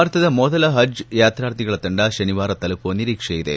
ಭಾರತದ ಮೊದಲ ಹಜ್ ಯಾತಾರ್ಥಿಗಳ ತಂಡ ಶನಿವಾರ ತಲುಪುವ ನಿರೀಕ್ಷೆ ಇದೆ